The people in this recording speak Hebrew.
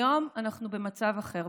היום אנחנו במצב אחר.